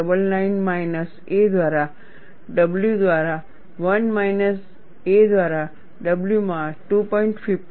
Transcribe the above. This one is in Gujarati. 99 માઇનસ a દ્વારા w દ્વારા 1 માઇનસ a દ્વારા w માં 2